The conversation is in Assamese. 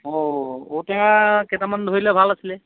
অঁ ঔটেঙা কেইটামান ধৰিলে ভাল আছিলে